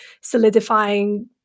solidifying